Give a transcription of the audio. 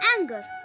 anger